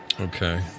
Okay